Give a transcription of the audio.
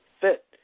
fit